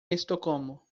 estocolmo